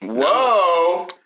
Whoa